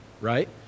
right